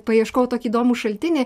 paieškojau tokį įdomų šaltinį